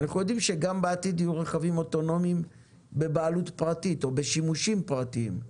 אנחנו יודעים שבעתיד יהיו גם רכבים בבעלות פרטית או בשימושים פרטיים,